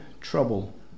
Trouble